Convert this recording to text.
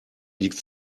liegt